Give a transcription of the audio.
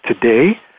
today